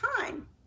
time